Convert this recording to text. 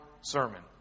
sermon